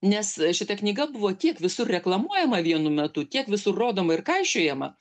nes šita knyga buvo tiek visur reklamuojama vienu metu tiek visur rodoma ir kaišiojama